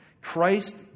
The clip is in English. Christ